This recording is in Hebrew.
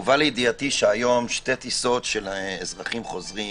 הובא לידיעתי ששתי טיסות שהיו אמורות להביא היום אזרחים חוזרים